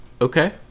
Okay